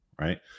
right